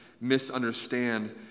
misunderstand